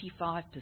25%